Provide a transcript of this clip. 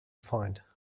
find